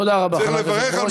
תודה רבה, חבר הכנסת ברושי.